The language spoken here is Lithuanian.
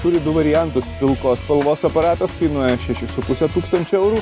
turi du variantus pilkos spalvos aparatas kainuoja šešis su puse tūkstančių eurų